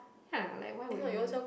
ya like why would you